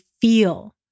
feel